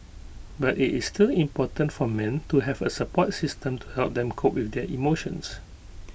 but IT is still important for men to have A support system to help them cope with their emotions